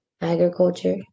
agriculture